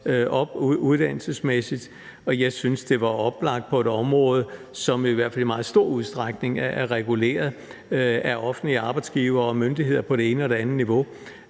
uddannelsesmæssigt, og jeg synes, at det var oplagt, at man på et område, som i hvert fald i meget stor udstrækning er reguleret af offentlige arbejdsgivere og myndigheder på det ene og andet niveau,